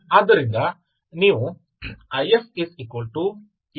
ಆದ್ದರಿಂದ ನೀವು I